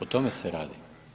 O tome se radi.